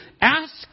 Ask